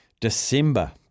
December